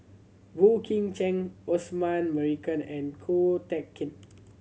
Boey Kim Cheng Osman Merican and Ko Teck Kin